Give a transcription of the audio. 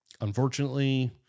Unfortunately